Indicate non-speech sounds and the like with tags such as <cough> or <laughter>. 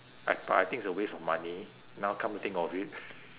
I but I think it's a waste of money now come to think of it <noise>